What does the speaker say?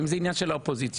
זה העניין של האופוזיציה,